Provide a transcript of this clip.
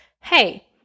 hey